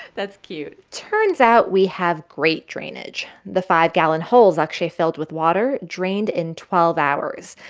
that's cute turns out we have great drainage. the five-gallon holes akshay filled with water drained in twelve hours.